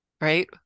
right